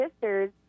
sisters